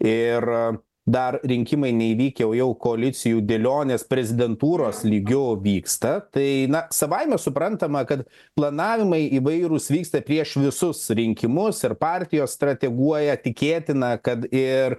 ir dar rinkimai neįvykę o jau koalicijų dėlionės prezidentūros lygiu vyksta tai na savaime suprantama kad planavimai įvairūs vyksta prieš visus rinkimus ir partijos strateguoja tikėtina kad ir